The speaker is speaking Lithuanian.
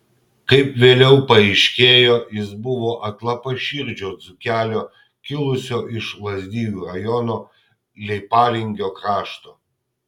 kaip vėliau paaiškėjo jis buvo atlapaširdžio dzūkelio kilusio iš lazdijų rajono leipalingio krašto